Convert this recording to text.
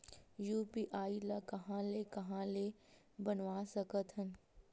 UPI ल कहां ले कहां ले बनवा सकत हन?